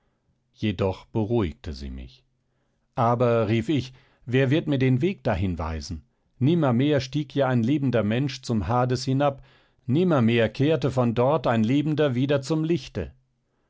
jedoch beruhigte sie mich aber rief ich wer wird mir den weg dahin weisen nimmermehr stieg ja ein lebender mensch zum hades hinab nimmermehr kehrte von dort ein lebender wieder zum lichte